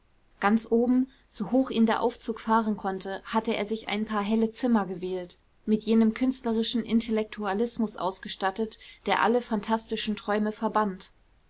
ganz oben so hoch ihn der aufzug fahren konnte hatte er sich ein paar helle zimmer gewählt mit jenem künstlerischen intellektualismus ausgestattet der alle phantastischen träume verbannt